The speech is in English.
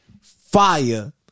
Fire